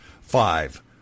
five